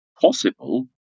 possible